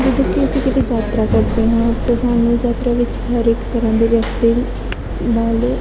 ਜਦੋਂ ਵੀ ਅਸੀਂ ਕਿਤੇ ਯਾਤਰਾ ਕਰਦੇ ਹਾਂ ਤਾਂ ਸਾਨੂੰ ਯਾਤਰਾ ਵਿੱਚ ਹਰੇਕ ਤਰ੍ਹਾਂ ਦੇ ਵਿਅਕਤੀ ਨਾਲ